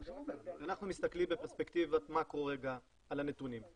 אנחנו מסתכלים בפרספקטיבת מקרו רגע על הנתונים.